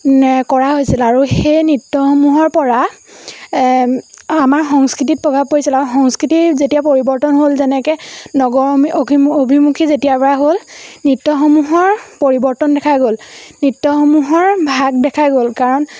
কৰা হৈছিল আৰু সেই নৃত্যসমূহৰপৰা আমাৰ সংস্কৃতিত প্ৰভাৱ পৰিছিল আৰু সংস্কৃতিৰ যেতিয়া পৰিৱৰ্তন হ'ল যেনেকৈ নগৰ অভিমুখী যেতিয়াৰপৰা হ'ল নৃত্যসমূহৰ পৰিৱৰ্তন দেখাই গ'ল নৃত্যসমূহৰ ভাগ দেখাই গ'ল কাৰণ